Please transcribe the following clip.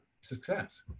success